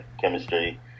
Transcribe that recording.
chemistry